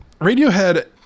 Radiohead